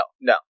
no